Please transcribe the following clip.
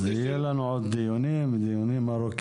יהיו לנו עוד דיונים ארוכים,